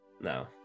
No